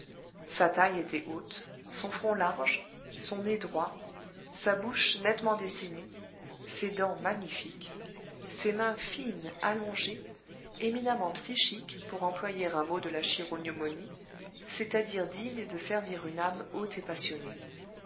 sa taille était haute son front large son nez droit sa bouche nettement dessinée ses dents magnifiques ses mains fines allongées éminemment psychiques pour employer un mot de la chirognomonie c'est-à-dire dignes de servir une âme haute et passionnée